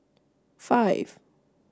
five